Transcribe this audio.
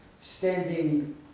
standing